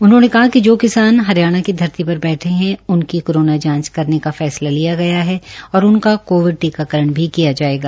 उन्होंने कहा कि जो किसान हरियाणा की धरती धर बैठे है उनकी कोरोना जांच करने का फैसला लिया गया है और उनका कोविड टीकाकरण भी किया जायेगा